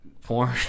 porn